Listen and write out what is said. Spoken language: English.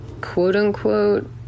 quote-unquote